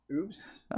Oops